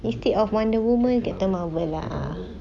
instead of wonder woman captain marvel lah ah